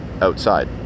outside